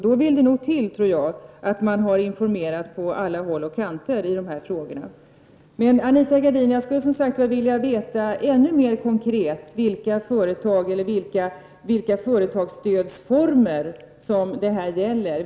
Då vill det till att man har informerat på alla håll och kanter i dessa frågor. Jag skulle, som sagt var, vilja att Anita Gradin ännu mer konkret talade om, vilka företag eller vilka företagsstödformer som det gäller.